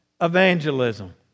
evangelism